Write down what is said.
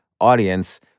audience